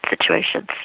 situations